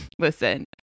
Listen